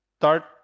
start